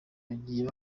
bagiye